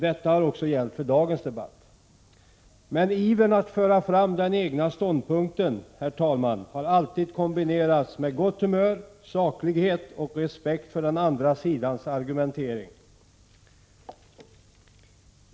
Det har gällt också i dagens debatt. Men ivern att föra fram den egna ståndpunkten har alltid kombinerats med gott humör, saklighet och en respekt för den andra sidans argumentering.